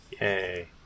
Yay